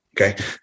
Okay